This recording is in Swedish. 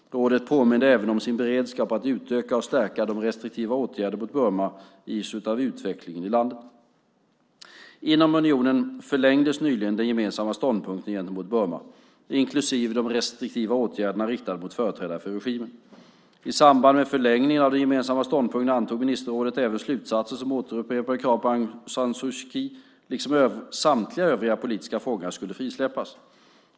Rådet påminde även om sin beredskap att utöka och stärka de restriktiva åtgärderna mot Burma i ljuset av utvecklingen i landet. Inom unionen förlängdes nyligen den gemensamma ståndpunkten gentemot Burma, inklusive de restriktiva åtgärderna riktade mot företrädare för regimen. I samband med förlängningen av den gemensamma ståndpunkten antog ministerrådet även slutsatser som upprepade kravet på att Aung San Suu Kyi, liksom samtliga övriga politiska fångar, frisläpps.